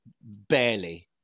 Barely